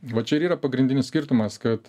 va čia ir yra pagrindinis skirtumas kad